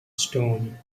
stone